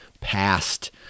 past